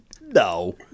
No